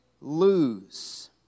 lose